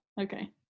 Okay